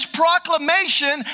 proclamation